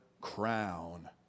crown